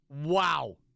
Wow